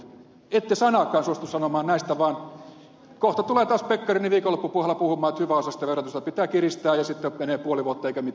ette sanaakaan suostu sanomaan näistä vaan kohta tulee taas pekkarinen viikonloppupuheissa puhumaan että hyväosaisten verotusta pitää kiristää ja sitten menee puoli vuotta eikä mitään tapahdu